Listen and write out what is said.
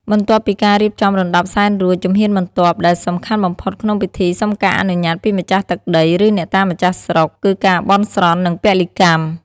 បន្ទាប់ពីការរៀបចំរណ្តាប់សែនរួច ជំហានបន្ទាប់ដែលសំខាន់បំផុតក្នុងពិធីសុំការអនុញ្ញាតពីម្ចាស់ទឹកដី ឬអ្នកតាម្ចាស់ស្រុក គឺការបន់ស្រន់ និងពលីកម្ម។